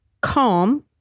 calm